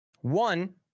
One